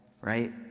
right